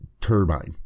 turbine